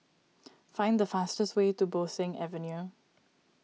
find the fastest way to Bo Seng Avenue